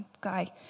guy